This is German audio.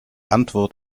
antwort